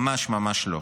ממש ממש לא.